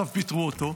עכשיו פיטרו אותו,